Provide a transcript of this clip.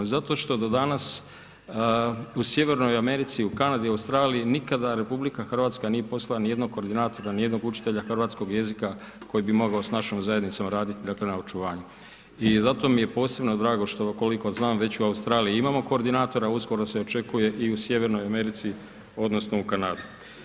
Zato što do danas u Sjevernoj Americi i u Kanadi i u Australiji nikada RH nije poslala nijednog koordinatora, nijednog učitelja hrvatskog jezika koji bi mogao s našom zajednicom radit, dakle, na očuvanju i zato mi je posebno drago što, koliko znam, već u Australiji imamo koordinatora, uskoro se očekuje i u Sjevernoj Americi, odnosno u Kanadi.